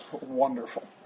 wonderful